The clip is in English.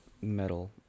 metal